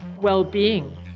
well-being